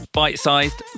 bite-sized